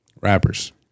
Rappers